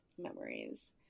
memories